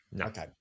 okay